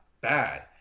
bad